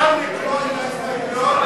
אפשר לקרוא את ההסתייגויות?